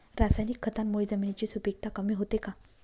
रासायनिक खतांमुळे जमिनीची सुपिकता कमी होते का?